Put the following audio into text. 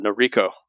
Noriko